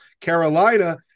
Carolina